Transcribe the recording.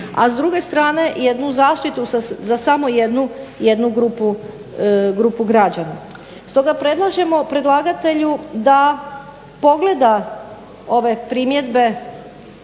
A s druge strane jednu zaštitu za samo jednu grupu građana. Stoga predlažemo predlagatelju da pogleda ove primjedbe